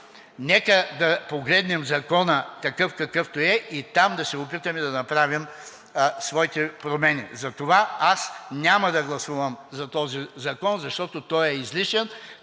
Нека да погледнем Закона такъв, какъвто е и там да се опитаме да направим своите промени. Затова аз няма да гласувам за този закон, защото той е излишен,